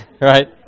right